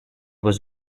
was